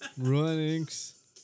Runnings